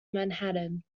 manhattan